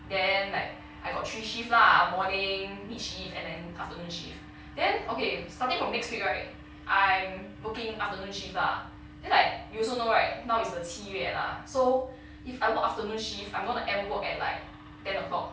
then like I got three shift lah morning mid shift and then afternoon shift then okay starting from next week right I'm working afternoon shift lah then like you also know right now is the 七月 lah so if I work afternoon shift I'm gonna end work at like ten o'clock